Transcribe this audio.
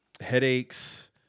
Headaches